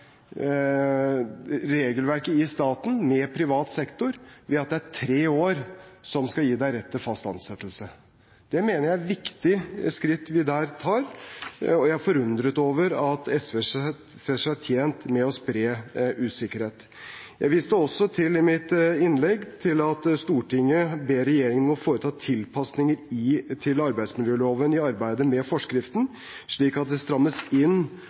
det er tre år som skal gi rett til fast ansettelse. Jeg mener det er et viktig skritt vi der tar, og jeg er forundret over at SV ser seg tjent med å spre usikkerhet. Jeg viste i mitt innlegg også til at Stortinget ber regjeringen om å foreta tilpasninger til arbeidsmiljøloven i arbeidet med forskriften, slik at det strammes inn